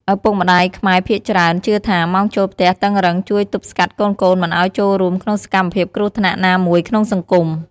ឪពុកម្តាយខ្មែរភាគច្រើនជឿថា ម៉ោងចូលផ្ទះតឹងរឹងជួយទប់ស្កាត់កូនៗមិនឱ្យចូលរួមក្នុងសកម្មភាពគ្រោះថ្នាក់ណាមួយក្នុងសង្គម។